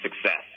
success